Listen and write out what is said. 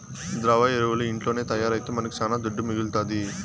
ద్రవ ఎరువులు ఇంట్లోనే తయారైతే మనకు శానా దుడ్డు మిగలుతాది